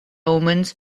omens